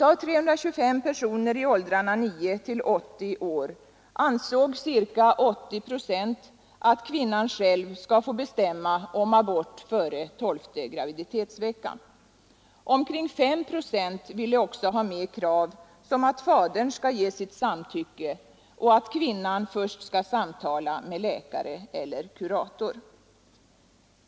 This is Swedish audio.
Av 325 personer i åldrarna 14—80 41 år ansåg ca 80 procent att kvinnan själv skall få bestämma om abort före tolfte graviditetsveckan. Omkring 5 procent ville också ha med sådana krav som att fadern skall ge sitt samtycke och att kvinnan först skall samtala med läkare eller kurator.